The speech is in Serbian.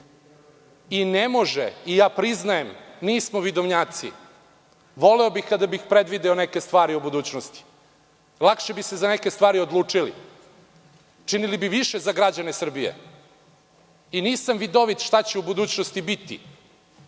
bez oštećenja. Priznajem, nismo vidovnjaci. Voleo bih kada bih predvideo neke stvari u budućnosti, lakše bi se za neke stvari odlučili i činili bi više za građane Srbije. Nisam vidovit da predvidim šta će u budućnosti biti